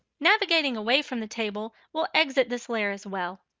navigating away from the table will exit this layer as well.